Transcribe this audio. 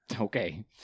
Okay